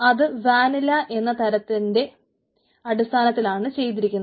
അത് വാനില എന്ന തരത്തിൻറെ അടിസ്ഥാനത്തിലാണ് ചെയ്യുന്നത്